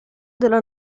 della